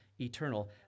eternal